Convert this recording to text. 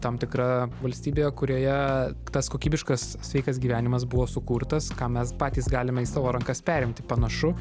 tam tikra valstybė kurioje tas kokybiškas sveikas gyvenimas buvo sukurtas ką mes patys galime į savo rankas perimti panašu